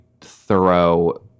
thorough